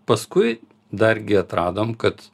paskui dar gi atradom kad